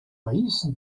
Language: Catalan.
país